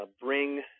bring